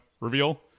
reveal